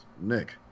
Nick